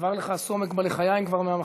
עבר לך הסומק ללחיים מהמחמאות.